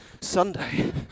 Sunday